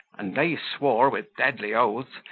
and they swore, with deadly oaths,